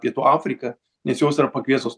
pietų afrika nes jos yra pakviestos